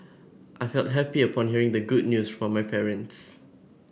I felt happy upon hearing the good news from my parents